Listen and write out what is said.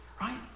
Right